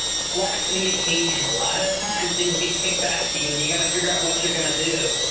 flex to the occasion. a lot of the times, things will be kicked back to you and you got to forget what you're going to do.